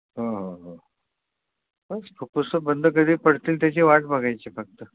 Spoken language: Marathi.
हो हो हो बस फुप्फुसं बंद कधी पडतील त्याची वाट बघायची फक्त